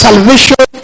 Salvation